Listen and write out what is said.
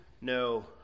no